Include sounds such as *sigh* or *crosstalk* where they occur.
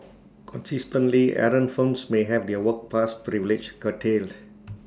consistently errant firms may have their work pass privileges curtailed *noise*